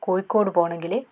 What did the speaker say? Kozhikode പോണങ്കിൽ